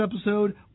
episode